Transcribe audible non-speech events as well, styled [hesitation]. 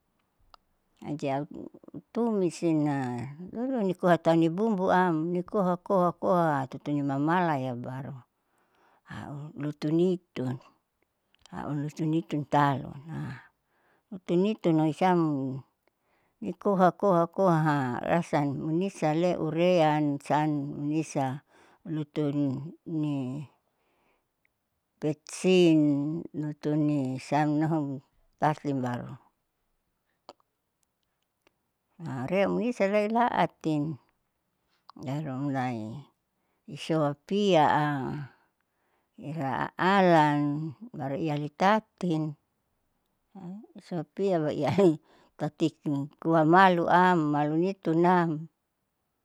Jadi au tumisina rurukoa tahu nibumbuam nikoa koha koha tutuni mamala ya baru, au hutunitu talu [hesitation] hutunitu loisiam ni koha koha koha rasa munisaaleurean san unisa lutun ini petsin lutunu sam nohun tati baru [noise] area munisa leilaatin [noise] yaharuma mulai isohapia a ila alan baru iyali tatin [noise] sopiya baru ihale tati kuah maluam malunitunam.